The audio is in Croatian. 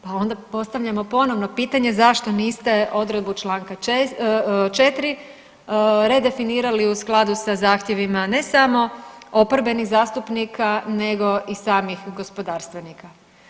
Pa onda postavljamo ponovno pitanje zašto niste odredbu čl. 4. redefinirali u skladu sa zahtjevima ne samo oporbenih zastupnika, nego i samih gospodarstvenika.